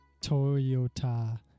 Toyota